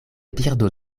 birdo